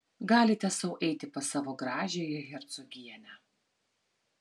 galite sau eiti pas savo gražiąją hercogienę